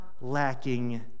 lacking